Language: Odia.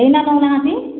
ଏଇନା କହୁନାହାଁନ୍ତି